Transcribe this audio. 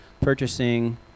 purchasing